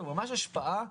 ממש השפעה,